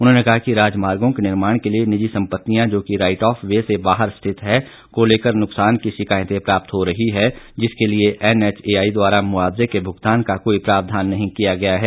उन्होंने कहा कि राजमार्गो के निर्माण के लिए निजी संपत्तियां जोकि राइट ऑफ वे से बाहर स्थित है को लेकर नुकसान की शिकायतें प्राप्त हो रही हैं जिसके लिए एनएचएआई द्वारा मुआवजे के भुगतान का कोई प्रावधान नहीं किया गया है